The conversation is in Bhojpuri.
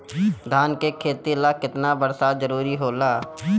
धान के खेती ला केतना बरसात जरूरी होला?